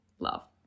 Love